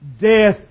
Death